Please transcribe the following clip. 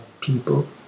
people